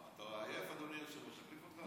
אתה עייף, אדוני היושב-ראש, להחליף אותך?